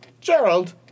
Gerald